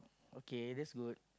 okay that's good